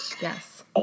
yes